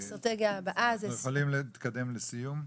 אז אסטרטגיה הבאה זה --- אנחנו יכולים להתקדם לסיום?